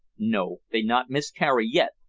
no, they not miscarry yet,